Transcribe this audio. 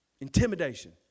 Intimidation